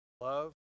love